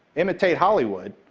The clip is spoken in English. imitate hollywood,